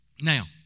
Now